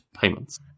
payments